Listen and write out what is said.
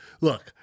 look